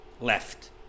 left